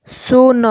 ଶୂନ